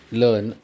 learn